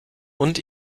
und